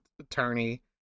attorney